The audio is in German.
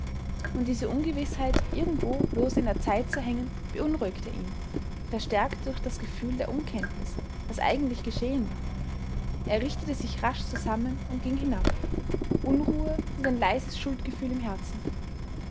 und diese ungewißheit irgendwo lose in der zeit zu hängen beunruhigte ihn verstärkt durch das gefühl der unkenntnis was eigentlich geschehen war er richtete sich rasch zusammen und ging hinab unruhe und ein leises schuldgefühl im herzen